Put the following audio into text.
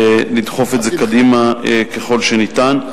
ולדחוף את זה קדימה ככל שניתן.